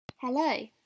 Hello